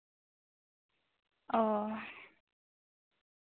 ᱚ